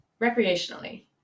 recreationally